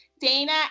Dana